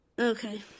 Okay